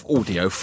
Audio